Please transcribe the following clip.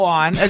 on